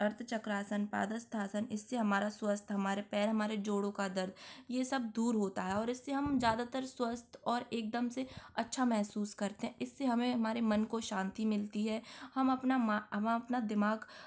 अर्ध चक्रासन पादहस्त आसन इससे हमारा स्वस्थ हमारे पैर हमारे जोड़ों का दर्द ये सब दूर होता है और इससे हम ज्यादातर स्वस्थ और एकदम से अच्छा महसूस करते इससे हमें हमारे मन को शांति मिलती है हम अपना मा हम अपना दिमाग